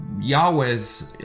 Yahweh's